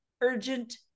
urgent